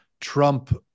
Trump